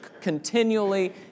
continually